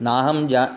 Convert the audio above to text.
नाहं जा